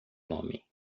nome